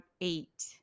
eight